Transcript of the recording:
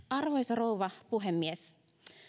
arvoisa rouva puhemies